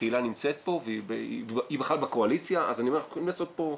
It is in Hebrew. תהלה נמצאת פה והיא בכלל בקואליציה ואני אומר שאפשר לעשות פה מהלכים.